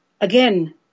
again